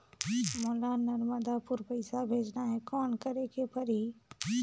मोला नर्मदापुर पइसा भेजना हैं, कौन करेके परही?